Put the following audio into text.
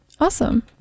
awesome